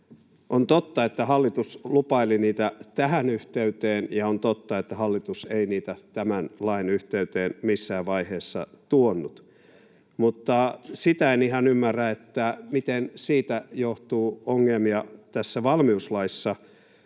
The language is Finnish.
On totta, että hallitus lupaili niitä tähän yhteyteen, ja on totta, että hallitus ei niitä tämän lain yhteyteen missään vaiheessa tuonut. Mutta sitä en ihan ymmärrä, miten siitä johtuu ongelmia tässä valmiuslaissa,